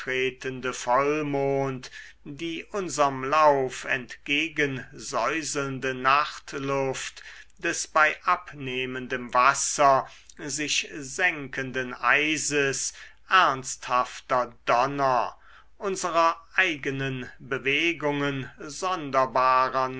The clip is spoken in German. die unserm lauf entgegensäuselnde nachtluft des bei abnehmendem wasser sich senkenden eises ernsthafter donner unserer eigenen bewegungen sonderbarer